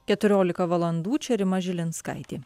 keturiolika valandų čia rima žilinskaitė